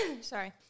Sorry